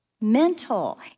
mental